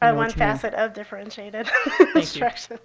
and one facet of differentiated instruction.